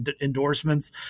endorsements